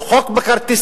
הוא חוק מקארתיסטי,